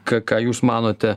ką ką jūs manote